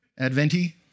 Adventi